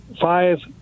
five